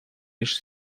лишь